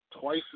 twice